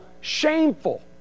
shameful